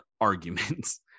arguments